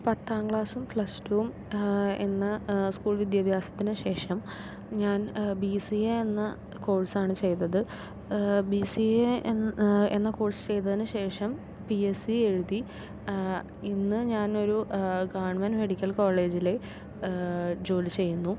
പത്താം ക്ലാസും പ്ലസ്ടുവും എന്ന സ്കൂൾ വിദ്യാഭ്യാസത്തിനു ശേഷം ഞാൻ ബി സി എ എന്ന കോഴ്സാണ് ചെയ്തത് ബി സി എ എന്ന കോഴ്സ് ചെയ്തതിനു ശേഷം പി എസ് സി എഴുതി ഇന്ന് ഞാനൊരു ഗവൺമെൻ്റ് മെഡിക്കൽ കോളേജിൽ ജോലി ചെയ്യുന്നു